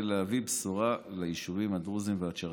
להביא בשורה ליישובים הדרוזיים והצ'רקסיים.